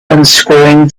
unscrewing